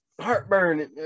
heartburn